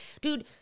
dude